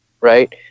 right